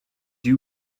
you